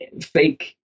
fake